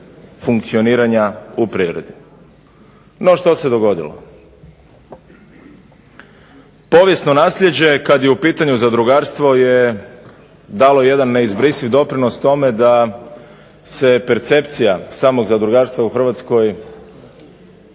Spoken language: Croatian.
funkcioniranja u prirodi. No, što se dogodilo. Povijesno nasljeđe kad je u pitanju zadrugarstvo je dalo jedan neizbrisiv doprinos tome da se percepcija samog zadrugarstva u Hrvatskoj